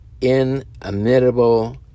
inimitable